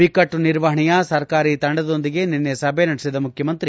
ಬಿಕ್ಕಟ್ಟು ನಿರ್ವಹಣೆಯ ಸರ್ಕಾರಿ ತಂಡದೊಂದಿಗೆ ನಿನ್ನೆ ಸಭೆ ನಡೆಸಿದ ಮುಖ್ಯಮಂತ್ರಿ